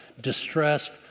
distressed